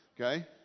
okay